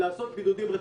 לעשות בידודים נרחבים,